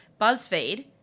BuzzFeed